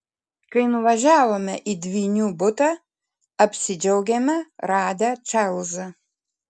kai nuvažiavome į dvynių butą apsidžiaugėme radę čarlzą